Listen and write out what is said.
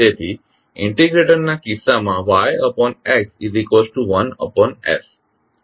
તેથી ઇન્ટિગ્રેટરના કિસ્સામાં YX1s